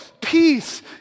peace